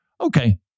Okay